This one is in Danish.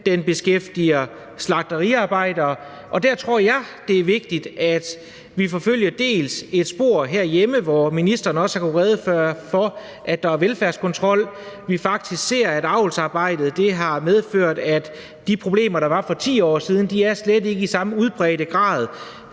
den beskæftiger slagteriarbejdere. Jeg tror, det er vigtigt, at vi forfølger et spor herhjemme, som ministeren også har kunnet redegøre for, nemlig at der er velfærdskontrol, og vi ser faktisk, at avlsarbejdet har medført, at de problemer, der var for 10 år siden, slet ikke er der i samme udtalte grad